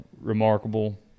Remarkable